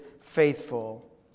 faithful